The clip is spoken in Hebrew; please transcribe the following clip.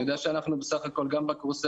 אני יודע שאנחנו בסך הכול גם בקבוצה,